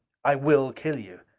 i will kill you.